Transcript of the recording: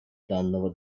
данного